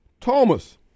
Thomas